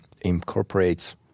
incorporates